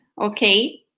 okay